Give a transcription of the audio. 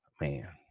man